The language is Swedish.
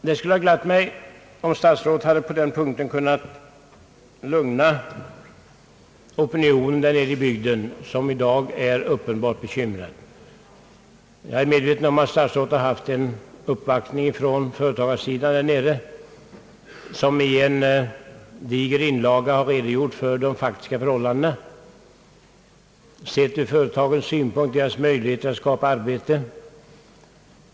Det skulle ha glatt mig, om statsrådet på den punkten hade kunnat lugna opinionen i bygden, som i dag är uppenbart bekymrad. Jag är medveten om att statsrådet uppvaktats av representanter för företagsamheten där nere, som i en diger inlaga redogjort för de faktiska förhållandena, sedda ur företagens synpunkt, och företagens möjligheter att skapa arbete.